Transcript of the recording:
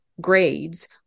grades